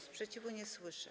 Sprzeciwu nie słyszę.